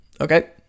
Okay